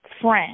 friend